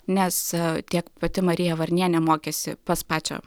nes tiek pati marija varnienė mokėsi pas pačią